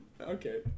okay